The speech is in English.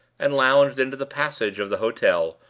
and lounged into the passage of the hotel,